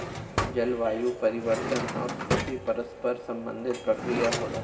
जलवायु परिवर्तन आउर कृषि परस्पर संबंधित प्रक्रिया होला